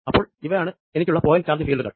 അപ്പോൾ ഇവയാണ് എനിക്കുള്ള പോയിന്റ് ചാർജ് ഫീൽഡുകൾ